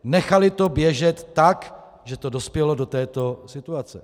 Nechaly to běžet tak, že to dospělo do této situace.